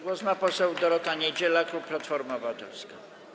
Głos ma poseł Dorota Niedziela, klub Platforma Obywatelska.